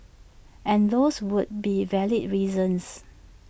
and those would be valid reasons